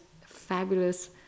fabulous